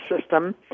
system